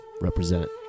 Represent